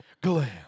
Glam